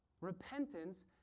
Repentance